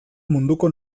munduko